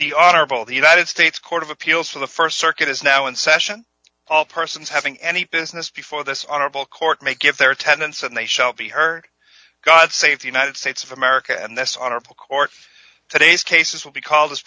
the honorable of the united states court of appeals for the st circuit is now in session all persons having any business before this honorable court may give their attendance and they shall be heard god save the united states of america and this honorable court today's cases will be called